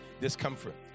discomfort